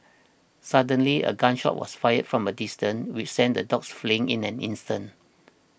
suddenly a gun shot was fired from a distance which sent the dogs fleeing in an instant